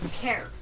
care